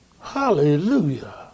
Hallelujah